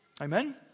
Amen